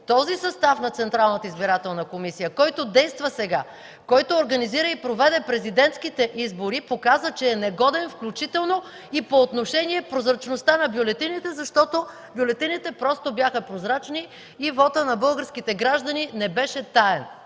комисия, който действа сега, който организира и проведе президентските избори, показа, че е негоден, включително и по отношение прозрачността на бюлетините, защото бюлетините просто бяха прозрачни и вотът на българските граждани не беше таен.